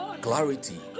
clarity